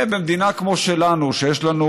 ובמדינה כמו שלנו,